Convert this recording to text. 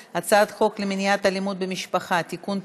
ההצעה להעביר את הצעת חוק למניעת אלימות במשפחה (תיקון,